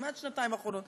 כמעט השנתיים אחרונות,